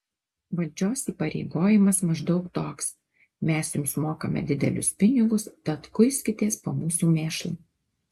valdžios įpareigojimas maždaug toks mes jums mokame didelius pinigus tad kuiskitės po mūsų mėšlą